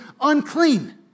unclean